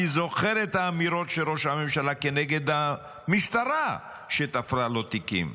אני זוכר את האמירות של ראש הממשלה כנגד המשטרה שתפרה לו תיקים.